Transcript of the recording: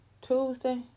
Tuesday